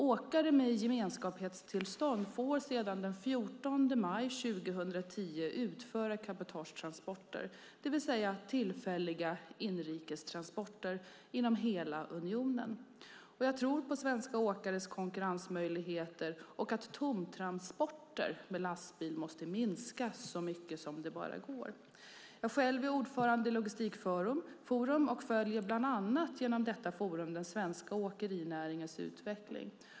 Åkare med gemenskapstillstånd får sedan den 14 maj 2010 utföra cabotagetransporter, det vill säga tillfälliga inrikestransporter, inom hela unionen. Jag tror på svenska åkares konkurrensmöjligheter och att tomtransporter med lastbil måste minska så mycket som det bara går. Jag är själv ordförande i Logistikforum och följer, bland annat genom detta forum, den svenska åkerinäringens utveckling.